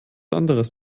anderes